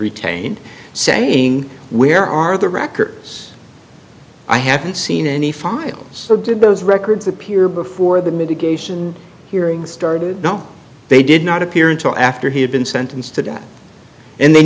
retained saying where are the records i haven't seen any files or did those records appear before the mitigation hearings started no they did not appear until after he had been sentenced to death and the